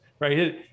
right